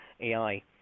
AI